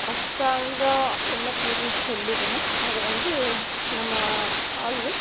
அரசாங்கம் என்ன தீர்வு சொல்லுதுன்னால் அதை வந்து நம்ம ஆட்கள்